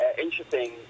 interesting